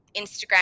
Instagram